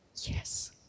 yes